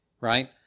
right